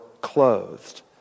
clothed